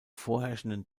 vorherrschenden